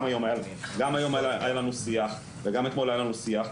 גם היום היה לנו שיח וגם אתמול היה לנו שיח,